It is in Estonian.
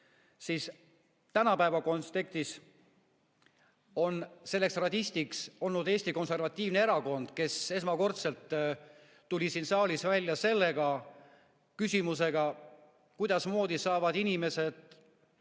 siis tänapäeva kontekstis on selleks radistiks olnud Eesti konservatiivne erakond, kes esmakordselt tuli siin saalis välja küsimusega, kuidasmoodi saab inimestele